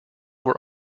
were